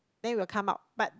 then it will come out but